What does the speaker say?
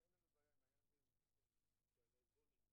ברשותכם, נתחיל בקריאה.